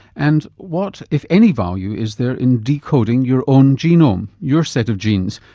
and what, if any, value is there in decoding your own genome, your set of genes,